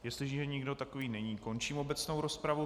Jestliže nikdo takový není, končím obecnou rozpravu.